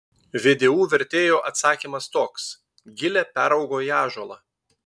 vdu vertėjo atsakymas toks gilė peraugo į ąžuolą